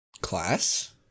Class